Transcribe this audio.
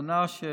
בחתונה של